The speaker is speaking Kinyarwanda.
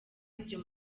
ibyo